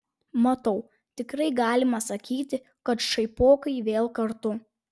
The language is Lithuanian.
matau tikrai galima sakyti kad šaipokai vėl kartu